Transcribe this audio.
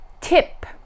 Tip